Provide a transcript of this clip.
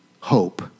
hope